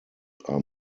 are